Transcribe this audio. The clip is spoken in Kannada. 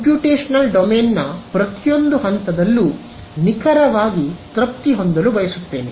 ಕಂಪ್ಯೂಟೇಶನಲ್ ಡೊಮೇನ್ನ ಪ್ರತಿಯೊಂದು ಹಂತದಲ್ಲೂ ನಿಖರವಾಗಿ ತೃಪ್ತಿ ಹೊಂದಲು ಬಯಸುತ್ತೇನೆ